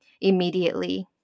immediately